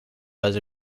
has